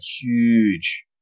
huge